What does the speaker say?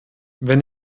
wenn